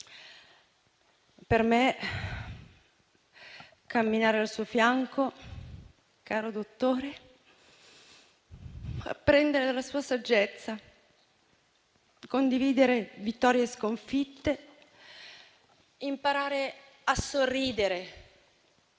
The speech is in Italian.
Per me, camminare al suo fianco, caro dottore, apprendere dalla sua saggezza, condividere vittorie e sconfitte, imparare a sorridere